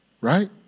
Right